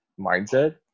mindset